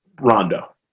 Rondo